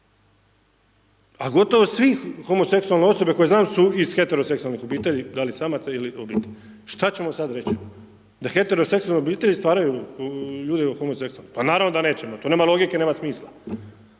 A gotovo svi, homoseksualne osobe koje znam su iz heteroseksualnih obitelji, da li samaca ili obitelji, šta ćemo sada reć'? Da heteroseksualne obitelji stvaraju ljude homoseksulane' Pa naravno da nećemo, to nema logike, nema smisla.